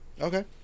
Okay